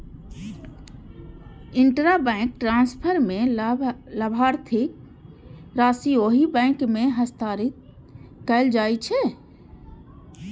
intrabank transfer मे लाभार्थीक राशि ओहि बैंक मे हस्तांतरित कैल जाइ छै